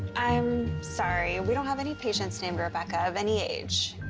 i'm sorry. we don't have any patients named rebecca of any age.